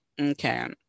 Okay